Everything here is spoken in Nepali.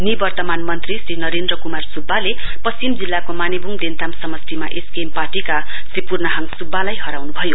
निवर्तमान मन्त्री श्री नरेन्द्र क्मार सुब्बाले पश्चिम जिल्लाको मानेब्ङ देन्ताम समस्टिमा एसकेएम पार्टीका श्री पूर्णहाङ सुब्बालाई हराउनुभयो